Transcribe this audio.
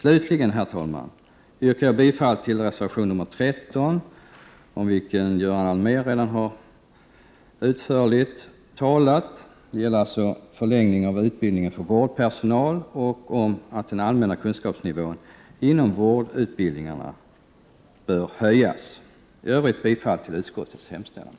Slutligen, herr talman, yrkar jag bifall till reservation 13, som Göran Allmér redan utförligt pläderat för, om en förlängning av utbildningen för vårdpersonal och om en höjning av den allmänna kunskapsnivån inom vårdutbildningarna. I övrigt yrkar jag bifall till utskottets hemställan.